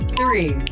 three